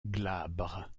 glabre